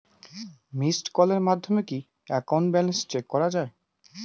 Missed কলের মাধ্যমে কি একাউন্ট ব্যালেন্স চেক করা যায়?